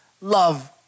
love